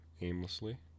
aimlessly